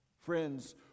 Friends